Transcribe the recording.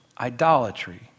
idolatry